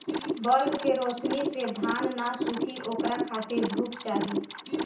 bulb के रौशनी से धान न सुखी ओकरा खातिर धूप चाही